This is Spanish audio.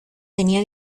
tenía